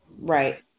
Right